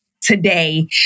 today